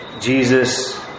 Jesus